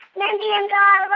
mindy and guy raz